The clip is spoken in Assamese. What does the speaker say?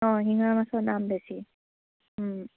অঁ শিঙৰা মাছৰ দাম বেছি